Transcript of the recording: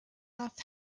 off